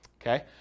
Okay